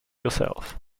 yourself